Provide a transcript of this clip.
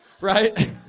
Right